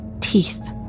teeth